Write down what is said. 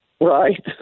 Right